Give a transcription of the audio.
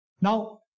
Now